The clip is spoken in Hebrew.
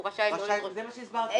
הוא רשאי לא --- זה מה שהסברתי,